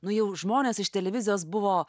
nu jau žmonės iš televizijos buvo